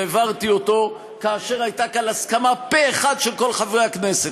שהעברתי אותו כאשר הייתה כאן הסכמה פה-אחד של כל חברי הכנסת.